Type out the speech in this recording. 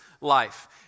life